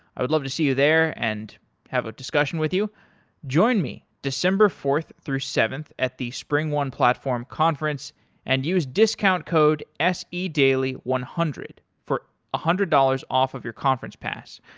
i would love to see you there and have a discussion with you join me december fourth through seventh at the springone platform conference and use discount code se daily one hundred for a one hundred dollars off of your conference pass.